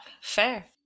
Fair